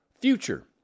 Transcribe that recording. future